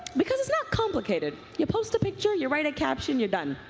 because it's not complicated. you post a picture. you write a caption, you're done.